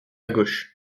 gauche